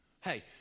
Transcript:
Hey